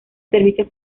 servicios